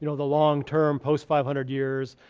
you know the long term post five hundred years.